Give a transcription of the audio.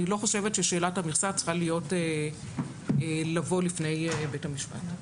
אני לא חושבת ששאלת המכסה צריכה לבוא לפני בית המשפט.